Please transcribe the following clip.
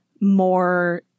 more